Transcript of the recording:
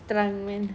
strong man